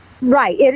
Right